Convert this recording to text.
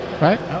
right